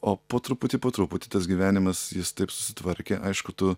o po truputį po truputį tas gyvenimas jis taip susitvarkė aišku tu